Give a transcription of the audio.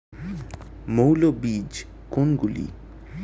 মৌল বীজ কোনগুলি?